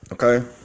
Okay